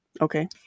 Okay